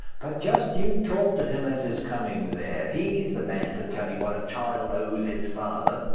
but just you talk to him as is coming there. he's the man to tell you what a child owes its father.